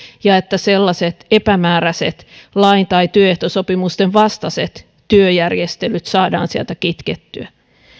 ja epämääräiset lain tai työehtosopimusten vastaiset työjärjestelyt saadaan kitkettyä